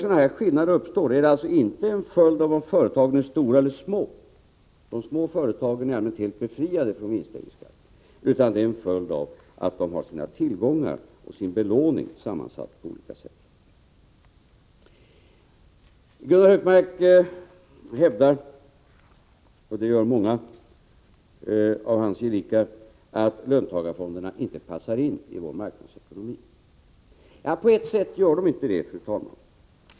Sådana här skillnader uppstår alltså inte som en följd av om företagen är stora eller små — de små företagen är i allmänhet helt befriade från vinstdelningsskatt — utan som en följd av att företagens tillgångar och belåning är sammansatta på olika sätt. Gunnar Hökmark hävdar, och det gör många av hans gelikar, att löntagarfonderna inte passar in i vår marknadsekonomi. Ja, på ett sätt gör de inte det, fru talman.